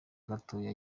gatoya